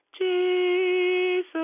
Jesus